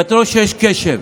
אתה רואה שיש קשר.